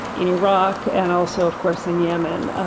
in iraq, and also, of course, in yemen.